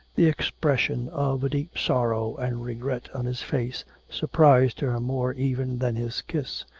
the expression of deep sorrow and regret on his face surprised her more even than his kiss.